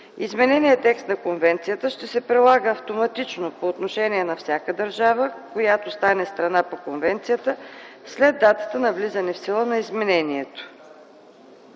Измененият текст на Конвенцията ще се прилага автоматично по отношение на всяка държава, която стане страна по Конвенцията, след датата на влизане в сила на изменението.